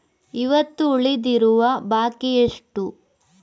ಇವತ್ತು ಉಳಿದಿರುವ ಬಾಕಿ ಎಷ್ಟು?